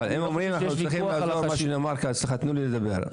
מה שנאמר כאן,